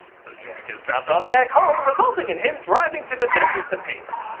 so, jack is dropped off back home resulting in him driving to the desert to pace.